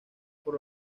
por